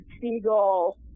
Siegel